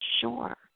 Sure